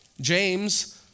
James